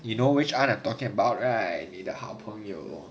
you know which ah I'm talking about right 你的好朋友